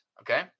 Okay